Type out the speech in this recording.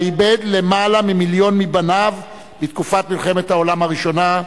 שהוא איבד בה למעלה ממיליון מבניו בתקופת מלחמת העולם הראשונה,